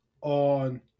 on